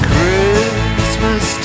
Christmas